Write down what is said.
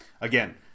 Again